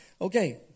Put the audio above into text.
Okay